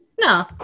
No